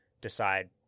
decide